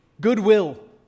goodwill